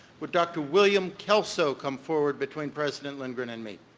will dr. william kelso come forward between president lindgren and me.